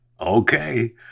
Okay